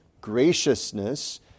graciousness